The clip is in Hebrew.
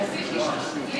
בטח פרסי.